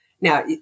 Now